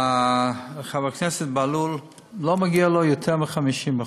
חבר הכנסת בהלול, לא מגיע לו יותר מ-50%,